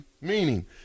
Meaning –